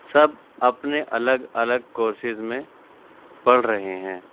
سب اپنے الگ الگ کورسیز میں پڑھ رہے ہیں